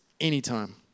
anytime